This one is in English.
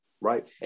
right